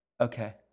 Okay